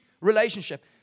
relationship